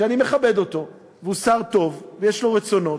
שאני מכבד אותו, והוא שר טוב ויש לו רצונות.